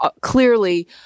clearly